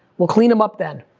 we'll clean em up then.